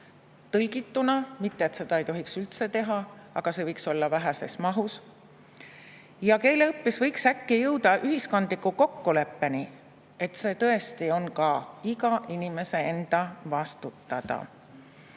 tõlgituna – mitte et seda ei tohiks üldse teha, aga see võiks olla väheses mahus. Ja keeleõppes võiks äkki jõuda ühiskondliku kokkuleppeni, et see tõesti on iga inimese enda vastutada.